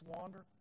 wander